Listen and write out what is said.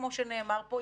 כמו שנאמר פה,